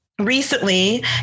recently